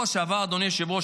אדוני היושב-ראש,